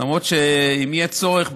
למרות שאם יהיה צורך,